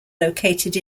located